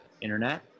Internet